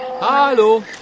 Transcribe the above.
Hallo